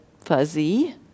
fuzzy